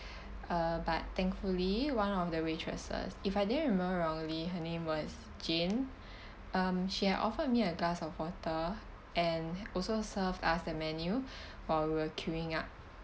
uh but thankfully one of the waitresses if I didn't remember wrongly her name was jane um she had offered me a glass of water and also served us the menu while we were queuing up